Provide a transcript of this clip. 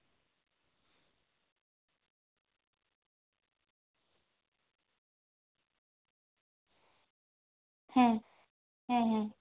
ᱦᱮᱸ ᱦᱮᱸ ᱦᱮᱸ